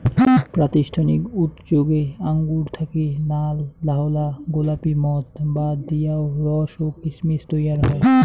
প্রাতিষ্ঠানিক উতোযোগে আঙুর থাকি নাল, ধওলা, গোলাপী মদ বাদ দিয়াও রস ও কিসমিস তৈয়ার হয়